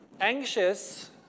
anxious